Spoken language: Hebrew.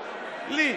לי,